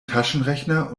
taschenrechner